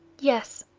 yes.